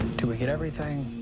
we get everything?